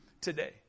today